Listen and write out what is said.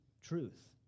truth